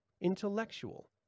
Intellectual